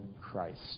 Christ